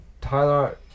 Tyler